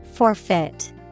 Forfeit